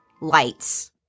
lights